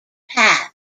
path